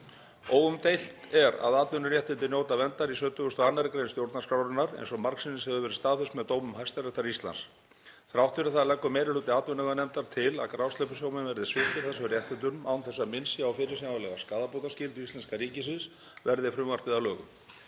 Óumdeilt er að atvinnuréttindi njóta verndar í 72. gr. stjórnarskrárinnar eins og margsinnis hefur verið staðfest með dómum Hæstaréttar Íslands. Þrátt fyrir það leggur meiri hluti atvinnuveganefndar til að grásleppusjómenn verði sviptir þessum réttindum án þess að minnst sé á fyrirsjáanlega skaðabótaskylda íslenska ríkisins, verði frumvarpið að lögum.